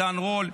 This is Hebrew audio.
עידן רול,